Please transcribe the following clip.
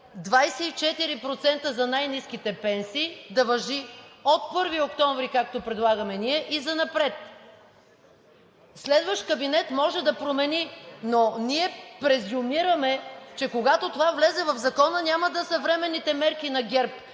24% за най-ниските пенсии, да важи от 1 октомври, както предлагаме ние, и занапред. Следващ кабинет може да промени, но ние презюмираме, че когато това влезе в закона, няма да са временните мерки на ГЕРБ